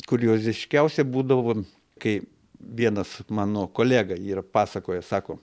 kurioziškiausia būdavo kai vienas mano kolega yra pasakojęs sako